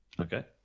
Okay